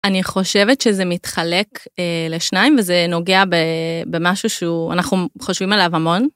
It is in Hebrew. אני חושבת שזה מתחלק לשניים וזה נוגע במשהו שאנחנו חושבים עליו המון.